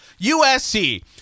USC